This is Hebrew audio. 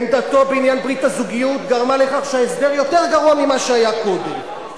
עמדתו בעניין ברית הזוגיות גרמה לכך שההסדר יותר גרוע ממה שהיה קודם,